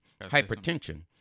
hypertension